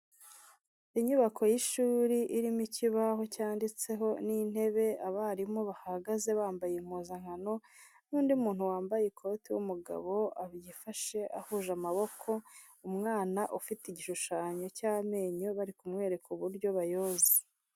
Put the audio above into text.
Inyubako y'ishuri irimo ikibaho cyanditseho n'intebe, abarimu bahagaze bambaye impuzankano n'undi muntu wambaye ikoti w'umugabo afashe ahuje amaboko, umwana ufite igishushanyo cy'amenyo bari kumwereka uburyo bayoza.